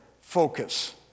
focus